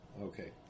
Okay